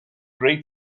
great